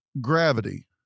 gravity